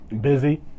busy